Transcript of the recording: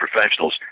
professionals